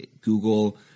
Google